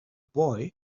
boy